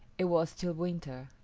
it was still winter,